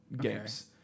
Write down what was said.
games